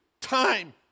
time